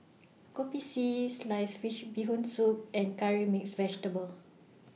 Kopi C Sliced Fish Bee Hoon Soup and Curry Mixed Vegetable